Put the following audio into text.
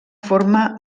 forma